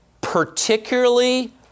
particularly